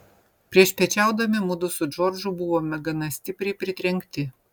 priešpiečiaudami mudu su džordžu buvome gana stipriai pritrenkti